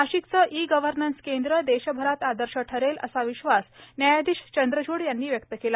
नाशिकचे E governance केंद्र देशभरात आदर्श ठरेल असा विश्वास न्यायाधीश चंद्रच्ड यांनी व्यक्त केला